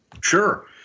Sure